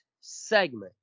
segment